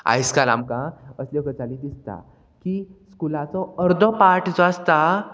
आयज काल आमकां असल्यो गजाली दिसता की स्कुलाचो अर्दो पार्ट जो आसता